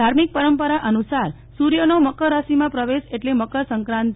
ધાર્મિક પરંપરા અનુસાર સૂર્યનો મકર રાશિમાં પ્રવશ એટલે મકર સંક્રાતિ